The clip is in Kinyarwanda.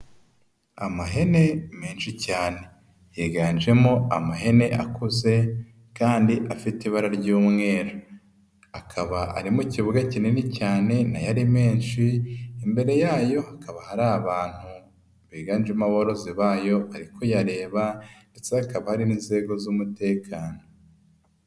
Amahene menshi cyane yiganjemo amahene akuze kandi afite ibara ry'umweru, akaba ari mu kibuga kinini cyane n'ayari menshi, imbere yayo hakaba hari abantu biganjemo aborozi bayo bari kuyareba ndetse hakaba hari n'inzego z'umutekano.